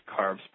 carbs